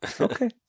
okay